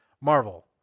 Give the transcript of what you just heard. marvel